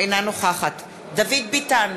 אינה נוכחת דוד ביטן,